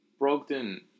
Brogdon